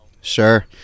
Sure